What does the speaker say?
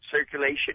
Circulation